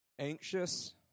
Anxious